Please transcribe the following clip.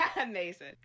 Amazing